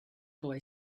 boy